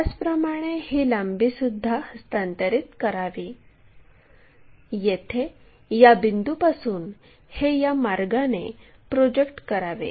त्याचप्रमाणे ही लांबीसुद्धा हस्तांतरित करावी येथे या बिंदूपासून हे या मार्गाने प्रोजेक्ट करावे